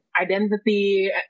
identity